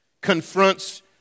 confronts